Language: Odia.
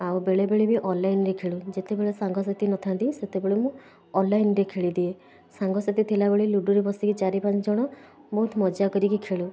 ଆଉ ବେଳେବେଳେ ବି ଅନଲାଇନରେ ଖେଳୁ ଯେତେବେଳେ ସାଙ୍ଗସାଥି ନଥାନ୍ତି ସେତେବେଳେ ମୁଁ ଅନଲାଇନରେ ଖେଳିଦିଏ ସାଙ୍ଗସାଥି ଥିଲାବେଳେ ଲୁଡ଼ୁରେ ବସିକି ଚାରି ପାଞ୍ଚ ଜଣ ବହୁତ ମଜା କରିକି ଖେଳୁ